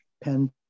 pen